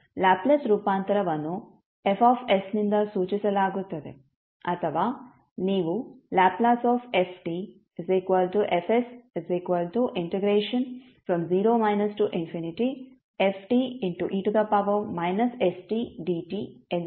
Laplace ರೂಪಾಂತರವನ್ನು F ನಿಂದ ಸೂಚಿಸಲಾಗುತ್ತದೆ ಅಥವಾ ನೀವು ಎಂದು ಹೇಳಬಹುದು